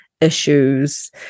issues